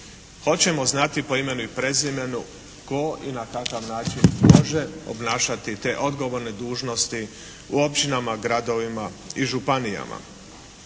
Hoćemo znati po imenu i prezimenu tko i na kakav način može obnašati te odgovorne dužnosti u općinama, gradovima i županijama.